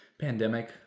pandemic